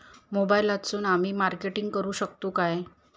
मोबाईलातसून आमी मार्केटिंग करूक शकतू काय?